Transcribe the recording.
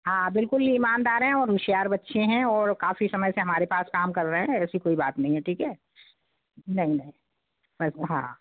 हाँ बिल्कुल ईमानदार हैं और होशियार बच्चे हैं और काफ़ी समय से हमारे पास काम कर रहे हैं ऐसी कोई बात नहीं है ठीक है नहीं नहीं हाँ